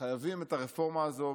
חייבים את הרפורמה הזאת.